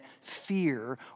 fear